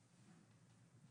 הבניין.